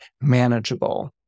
manageable